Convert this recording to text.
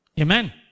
amen